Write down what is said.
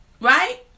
right